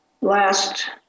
last